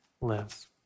lives